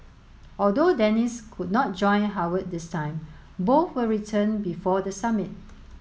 although Dennis could not join Howard this time both will return before the summit